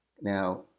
now